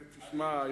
שמע,